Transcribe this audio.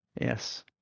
yes